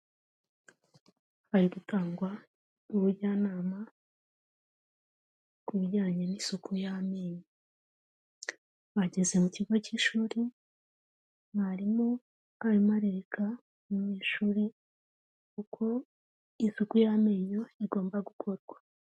Hari gutangwa ubujyanama ku bijyanye n'isuku y'amenyo, bageze mu kigo cy'ishuri, mwarimu arimo arigisha umunyeshuri uko isuku y'amenyo igomba gukorwa.